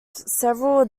several